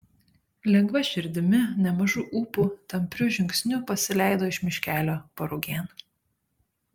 lengva širdimi nemažu ūpu tampriu žingsniu pasileido iš miškelio parugėn